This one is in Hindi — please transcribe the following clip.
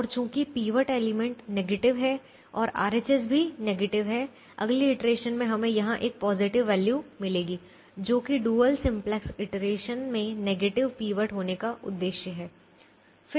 और चूंकि पीवट एलिमेंट नेगेटिव है और RHS भी नेगेटिव है अगली इटरेशन में हमें यहां एक पॉजिटिव वैल्यू मिलेगी जो कि डुअल सिंप्लेक्स इटरेशन में नेगेटिव पीवट होने का उद्देश्य है